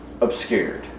obscured